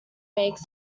makes